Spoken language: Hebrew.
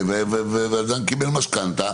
והוא קיבל משכנתה,